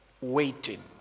waiting